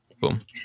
Boom